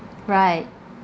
right